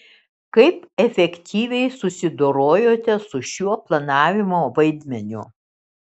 kaip efektyviai susidorojote su šiuo planavimo vaidmeniu